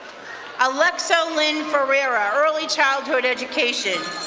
alexo lynn fererra, early childhood education.